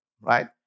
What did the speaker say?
right